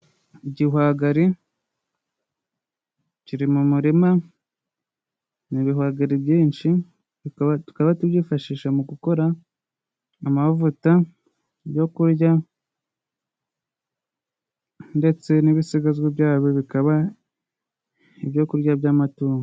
Igihwagari kiri mu murima, ni ibihwagari byinshi, tukaba tubyifashisha mu gukora amavuta yorya, ndetse n'ibisigazwa byabyo bikaba ibyo kurya by'amatungo.